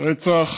הרצח